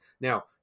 Now